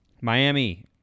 Miami